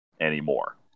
anymore